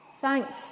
Thanks